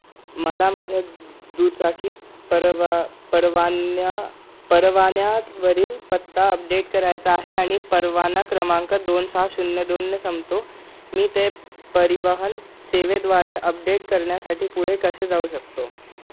मला माझ्या दुचाकी परवा परवान्या परवान्यात वरील पत्ता अपडेट करायचा आहे आणि परवाना क्रमांक दोन सहा शून्य दोनने संपतो मी ते परिवहन सेवेद्वारे अपडेट करण्यासाठी पुढे कसे जाऊ शकतो